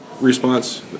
response